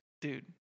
dude